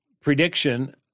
prediction